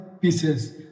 pieces